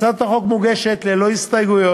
הצעת החוק מוגשת ללא הסתייגויות,